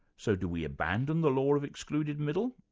so do we abandon the law of excluded middle?